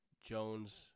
Jones